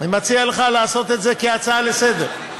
אני מציע לך לעשות את זה כהצעה לסדר-היום.